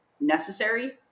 necessary